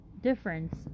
difference